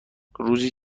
روزی